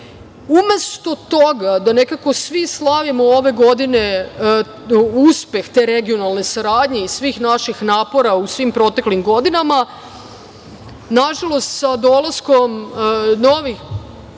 grade. Umesto toga da nekako svi slavimo ove godine uspeh te regionalne saradnje i svih naših napora u svim proteklim godinama, nažalost, sa dolaskom novih